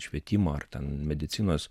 švietimo ar ten medicinos